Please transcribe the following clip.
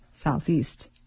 Southeast